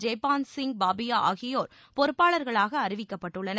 ஜெய்பான்சிங் பாபியா ஆகியோர் பொறுப்பாளர்களாக அறிவிக்கப்பட்டுள்ளனர்